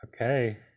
Okay